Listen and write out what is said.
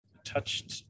touched